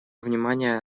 внимание